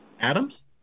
Adams